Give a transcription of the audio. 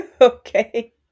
Okay